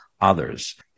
others